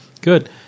Good